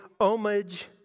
homage